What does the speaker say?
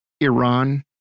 Iran